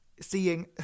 seeing